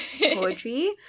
poetry